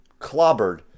clobbered